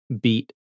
beat